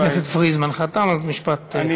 חבר הכנסת פריג', זמנך תם, אז משפט סיכום.